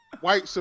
white